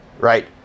right